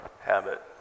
habit